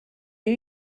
new